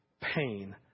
pain